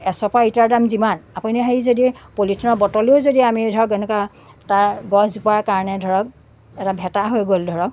এচপৰা ইটাৰ দাম যিমান আপুনি সেই যদি পলিথিনৰ বটলেৰেও আমি যদি ধৰক এনেকা তাৰ গছজোপাৰ কাৰণে ধৰক এটা ভেটা হৈ গ'ল ধৰক